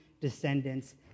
descendants